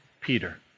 Peter